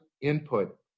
input